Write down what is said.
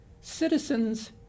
Citizens